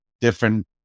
different